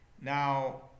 now